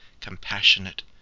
compassionate